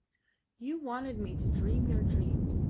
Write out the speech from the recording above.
you wanted me to dream your dreams,